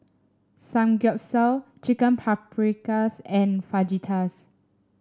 Samgyeopsal Chicken Paprikas and Fajitas